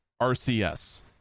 RCS